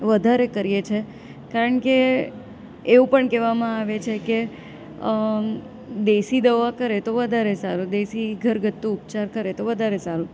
વધારે કરીએ છીએ કારણ કે એવું પણ કહેવામાં આવે છે કે દેશી દવા કરે તો વધારે સારું દેશી ઘરગથ્થુ ઉપચાર કરે તો વધારે સારું